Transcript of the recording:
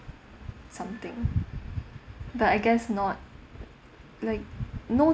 something but I guess not like no